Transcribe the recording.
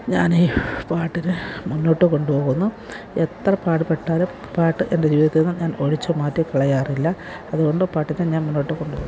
ഞാനീ പാട്ടിനെ മുന്നോട്ട് കൊണ്ടുപോവുന്നു എത്ര പാടുപെട്ടാലും പാട്ട് എൻ്റെ ജീവിതത്തില്നിന്ന് ഞാൻ ഒഴിച്ചു മാറ്റിക്കളയാറില്ല അതുകൊണ്ട് പാട്ടിനെ ഞാൻ മുന്നോട്ട് കൊണ്ടുപോകുന്നു